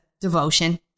devotion